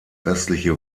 restliche